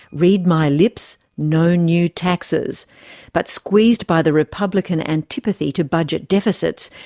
read my lips, no new taxes' but squeezed by the republican antipathy to budget deficits,